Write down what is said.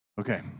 Okay